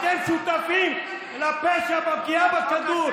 אתם שותפים לפשע של הפגיעה בכדור.